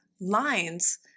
lines